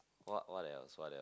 what what else what else